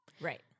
Right